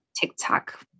TikTok